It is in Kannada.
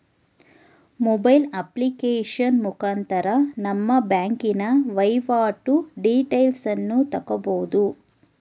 ಮೊಬೈಲ್ ಅಪ್ಲಿಕೇಶನ್ ಮುಖಾಂತರ ನಮ್ಮ ಬ್ಯಾಂಕಿನ ವೈವಾಟು ಡೀಟೇಲ್ಸನ್ನು ತಕ್ಕಬೋದು